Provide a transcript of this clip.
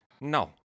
No